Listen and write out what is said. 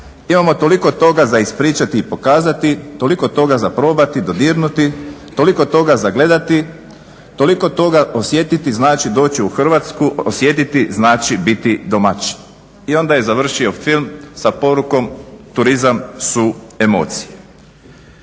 Imamo toliko toga za ispričati i pokazati, toliko toga za probati, dodirnuti, toliko toga za gledati, toliko toga osjetiti znači doći u Hrvatsku, osjetiti znači biti domaćin" i onda je završio film sa porukom "Turizam su emocije".